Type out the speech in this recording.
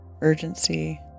urgency